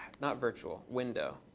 not virtual, window.